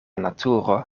naturo